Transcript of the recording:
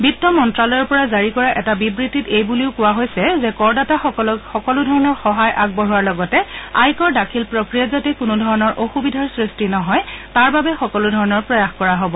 বিত্ত মন্তালয়ৰ পৰা জাৰি কৰা এটা বিবৃতিত এইবুলিও কোৱা হৈছে যে কৰদাতাসকলক সকলো ধৰণৰ সহায় আগবঢ়োৱাৰ লগতে আয়কৰ দাখিল প্ৰক্ৰিয়াত যাতে কোনো ধৰণৰ অসুবিধাৰ সৃষ্টি নহয় তাৰ বাবে সকলো ধৰণৰ প্ৰয়াস কৰা হ'ব